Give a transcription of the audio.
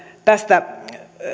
tästä